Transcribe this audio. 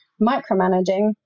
micromanaging